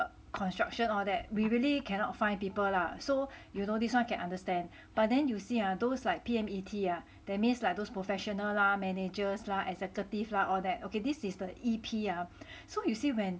construction all that we really cannot find people lah so you know this one can understand but then you see those like P_M_E_T ah that means like those professional lah managers lah executives lah all that okay this is the E_P ah so you see when